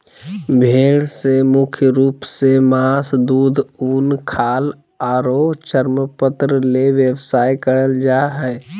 भेड़ से मुख्य रूप से मास, दूध, उन, खाल आरो चर्मपत्र ले व्यवसाय करल जा हई